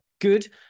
Good